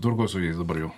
tvarkoj su jais dabar jau